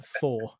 four